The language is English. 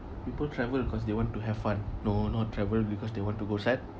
people travel cause they want to have fun no not travel because they want to go sad